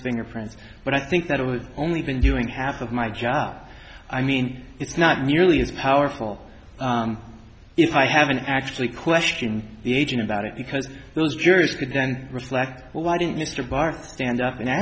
fingerprints but i think that it was only been doing half of my job i mean it's not nearly as powerful if i haven't actually questioned the agent about it because those jurors didn't reflect well why didn't mr barth stand up and